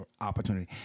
opportunity